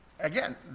Again